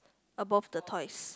above the toys